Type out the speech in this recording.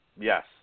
yes